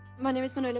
my name is manuella.